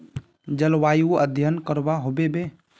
जलवायु अध्यन करवा होबे बे?